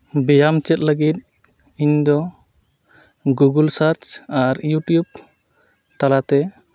ᱵᱮᱭᱟᱢ ᱪᱮᱫ ᱞᱟᱹᱜᱤᱫ ᱤᱧᱫᱚ ᱜᱩᱜᱳᱞ ᱥᱟᱨᱪ ᱟᱨ ᱤᱭᱩᱴᱤᱭᱩᱵᱽ ᱛᱟᱞᱟᱛᱮ